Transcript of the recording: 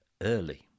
early